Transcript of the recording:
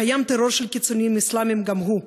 קיים טרור של קיצונים אסלאמיים, גם הוא,